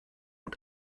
und